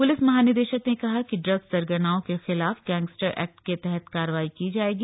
police महानिदेशक ने कहा कि ड्रग्स सरगनाओं के खिलाफ गैंगस्टर एक्ट के तहत कार्रवाई की जाएगी